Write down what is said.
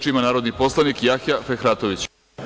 Reč ima narodni poslanik Jahja Fehratović.